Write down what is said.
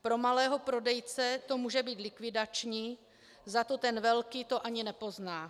Pro malého prodejce to může být likvidační, zato ten velký to ani nepozná.